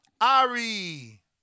Ari